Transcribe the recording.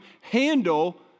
handle